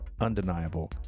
Undeniable